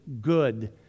good